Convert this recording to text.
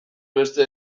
beste